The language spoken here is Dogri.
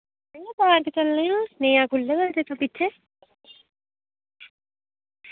तां अस पिच्छें पिच्छें